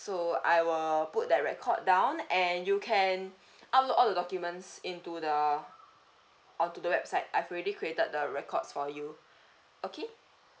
so I will put that record down and you can upload all the documents into the onto the website I've already created the records for you okay